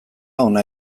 hona